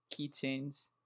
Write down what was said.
keychains